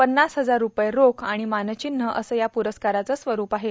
पन्नास हजार रूपये रोख आणि मानचिन्ह असं या प्रस्काराचं स्वरूप आहे